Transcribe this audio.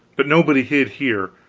but nobody hid here,